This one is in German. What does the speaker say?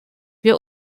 wir